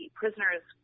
prisoners